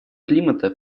климата